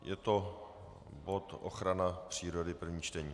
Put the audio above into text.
Je to bod ochrana přírody, první čtení.